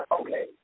okay